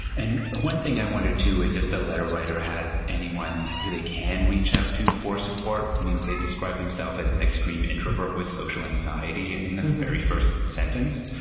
and one thing i wonder, is if the letter writer has anyone who they can reach out to for support. i mean, they describe himself as an extreme introvert with social anxiety in the very first sentence.